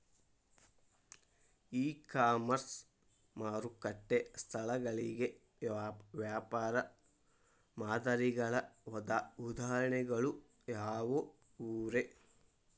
E commerce ಮಾರುಕಟ್ಟೆ ಸ್ಥಳಗಳಿಗೆ ವ್ಯಾಪಾರ ಮಾದರಿಗಳ ಉದಾಹರಣೆಗಳು ಯಾವವುರೇ?